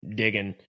digging